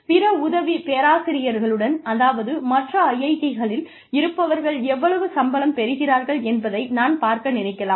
பிற உதவி பேராசிரியர்களுடன் அதாவது மற்ற IIT களில் இருப்பவர்கள் எவ்வளவு சம்பளம் பெறுகிறார்கள் என்பதை நான் பார்க்க நினைக்கலாம்